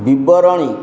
ବିବରଣୀ